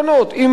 אם הם פליטים,